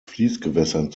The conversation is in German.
fließgewässern